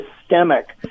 systemic